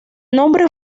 nombre